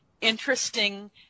interesting